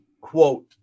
quote